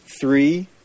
three